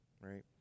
right